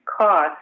cost